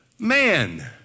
man